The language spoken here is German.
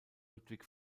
ludwig